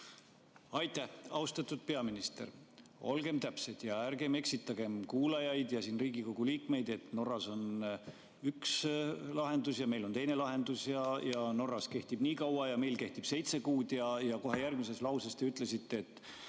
Aitäh! Austatud peaminister! Olgem täpsed ja ärgem eksitagem kuulajaid ja Riigikogu liikmeid, öeldes, et Norras on üks lahendus ja meil on teine lahendus ja Norras kehtib niikaua ja meil kehtib seitse kuud. Kohe järgmises lauses te ütlesite, et